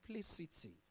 simplicity